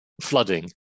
flooding